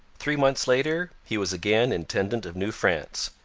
three months later he was again intendant of new france,